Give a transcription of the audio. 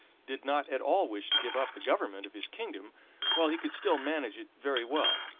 did not at all wish to give up the government of his kingdom while he could still manage it very well,